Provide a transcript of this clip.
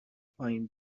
پایین